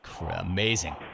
Amazing